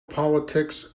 politics